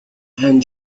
and